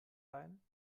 leihen